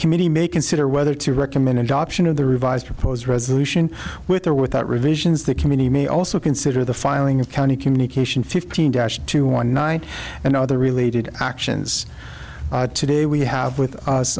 committee may consider whether to recommend adoption of the revised proposed resolution with or without revisions the community may also consider the filing of county communication fifteen dash two one night and other related actions today we have with